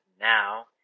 now